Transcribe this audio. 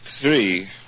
Three